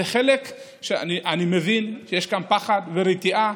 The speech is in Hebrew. אני מבין שיש כאן פחד ורתיעה.